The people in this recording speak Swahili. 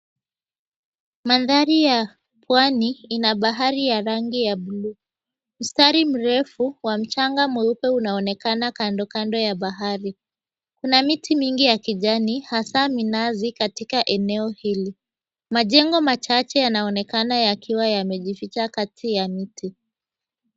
Mandhari ya pwani ina bahari ya rangi ya buluu. Mstari mrefu wa mchanga mweupe unaonekana kando kando ya bahari. Kuna miti mingi ya kijani hasa minazi katika eneo hili. Majengo machache yanaonekana yakiwa yamejificha kati ya miti.